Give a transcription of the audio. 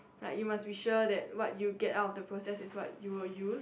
like you must be sure that what you get out of the process is what you will use